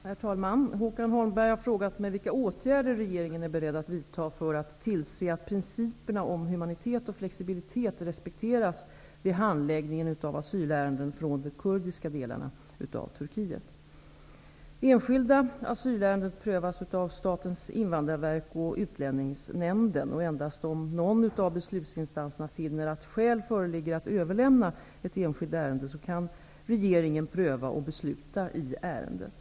Herr talman! Håkan Holmberg har frågat mig vilka åtgärder regeringen är beredd att vidta för att tillse att principerna om humanitet och flexibilitet respekteras vid handläggningen av asylärenden från de kurdiska delarna av Turkiet. Enskilda asylärenden prövas av Statens invandrarverk och Utlänningsnämnden. Endast om någon av beslutsinstanserna finner att skäl föreligger att överlämna ett enskilt ärende, kan regeringen pröva och besluta i ärendet.